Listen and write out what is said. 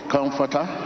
Comforter